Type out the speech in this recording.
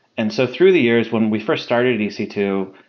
and so through the years, when we first started e c two,